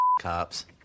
cops